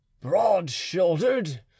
broad-shouldered